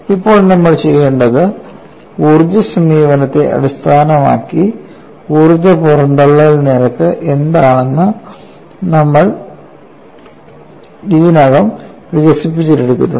ഇപ്പോൾ നമ്മൾ ചെയ്യേണ്ടത് ഊർജ്ജ സമീപനത്തെ അടിസ്ഥാനമാക്കി ഊർജ്ജ പുറന്തള്ളൽ നിരക്ക് എന്താണെന്ന് നമ്മൾ ഇതിനകം വികസിപ്പിച്ചെടുത്തിട്ടുണ്ട്